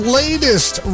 latest